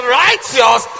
righteous